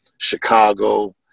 Chicago